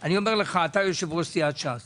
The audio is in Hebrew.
אתה יושב-ראש סיעת ש"ס